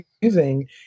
using